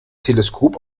teleskop